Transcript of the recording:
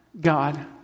God